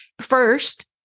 First